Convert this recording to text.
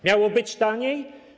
Miało być taniej.